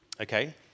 okay